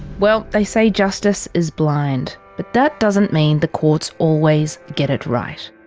well they say justice is blind. but that doesn't mean the courts always get it right.